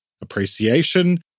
appreciation